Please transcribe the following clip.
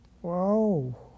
Whoa